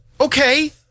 okay